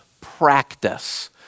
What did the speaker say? practice